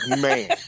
Man